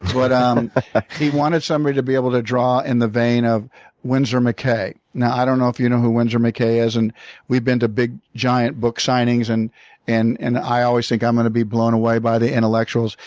but um he wanted somebody to be able to draw in the vein of windsor mckay. now, i don't know if you know who windsor mccay is, and we've been to giant book signings and and and i always think i'm going to be blown away by the intellectuals.